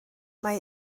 mae